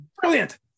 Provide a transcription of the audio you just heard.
brilliant